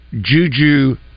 Juju